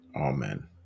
Amen